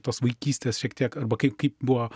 tos vaikystės šiek tiek arba kai kaip buvo